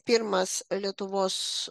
pirmas lietuvos